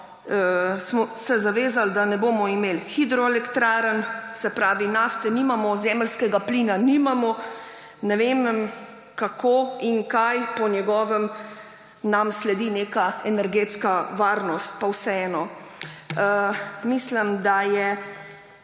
Smo se zavezali, da ne bomo imeli hidroelektrarn, nafte nimamo, zemeljskega plina nimamo. Ne vem, kako in kaj; po njegovem nam sledi neka energetska varnost, pa vseeno. Mislim, da je